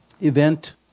event